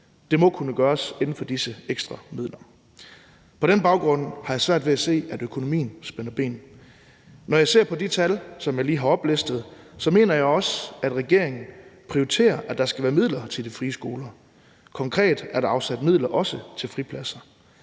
Det må kunne gøres inden for disse ekstra midler. På den baggrund har jeg svært ved at se, at økonomien spænder ben. Når jeg ser på de tal, som jeg lige har oplistet, mener jeg også, at regeringen prioriterer, at der skal være midler til de frie skoler. Konkret er der afsat midler også til fripladser.